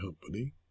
Company